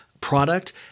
product